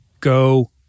Go